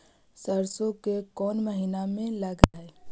सरसों कोन महिना में लग है?